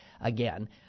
again